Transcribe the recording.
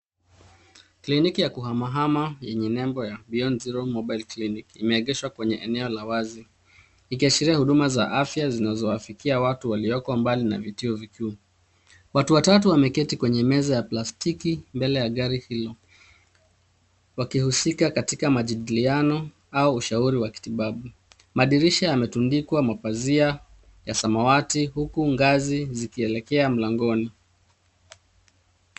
Kliniki ya kuhamahama yenye nembo ya Beyond Zero Mobile Clinic imeegeshwa kwenye eneo la wazi ikiashiria huduma za afya zinazowafikia watu waliko mbali na vituo hivi. Watu watatu wameketi kwenye meza ya plastiki mbele ya gari hilo wakihusika katika majadiliano au ushauri wa kitibabu. Madirisha yametundikwa mapazia ya samawati huku ngazi zikielekea mlangoni.